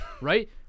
Right